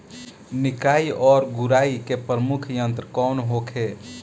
निकाई और गुड़ाई के प्रमुख यंत्र कौन होखे?